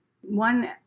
One